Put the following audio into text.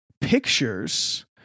pictures